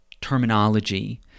terminology